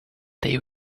they